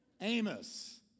Amos